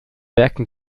werken